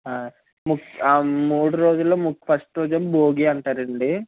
ముక్ ఆ మూడు రోజుల్లో ఫస్టు రోజేమో భోగి అంటారండి